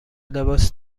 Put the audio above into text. لباس